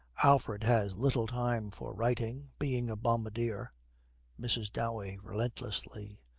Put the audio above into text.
alfred has little time for writing, being a bombardier mrs. dowey, relentlessly,